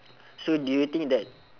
so do you think that